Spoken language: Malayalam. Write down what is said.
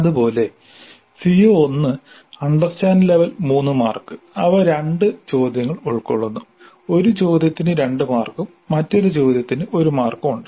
അതുപോലെ CO1അണ്ടർസ്റ്റാൻഡ് ലെവൽ 3 മാർക്ക് അവ രണ്ട് ചോദ്യങ്ങൾ ഉൾക്കൊള്ളുന്നു ഒരു ചോദ്യത്തിന് 2 മാർക്കും മറ്റൊരു ചോദ്യത്തിന് 1 മാർക്കും ഉണ്ട്